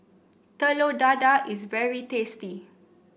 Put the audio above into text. Telur Dadah is very tasty